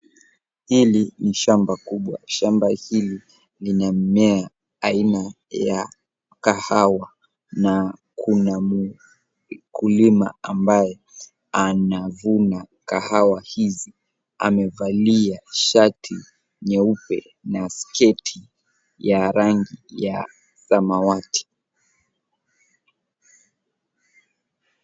Hili ni shamba kubwa. Shamba hili lina mimea aina ya kahawa na kuna mkulima ambaye anavuna kahawa hizi. Amevalia shati nyeupe na sketi ya rangi ya samawati.